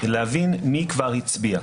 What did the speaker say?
הוא צריך להבין מי כבר הצביע.